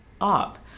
up